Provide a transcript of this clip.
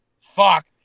fuck